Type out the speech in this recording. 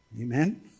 Amen